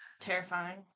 Terrifying